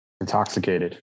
intoxicated